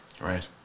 Right